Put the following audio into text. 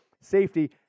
safety